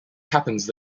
happens